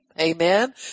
Amen